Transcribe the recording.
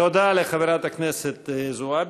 תודה לחברת הכנסת זועבי.